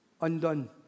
undone